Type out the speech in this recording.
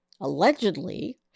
allegedly